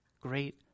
great